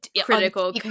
Critical